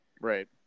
right